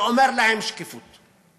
ואומר להם: שקיפות.